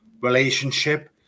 relationship